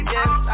Yes